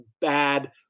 bad